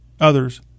others